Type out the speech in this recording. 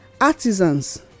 artisans